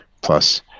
plus